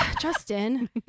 Justin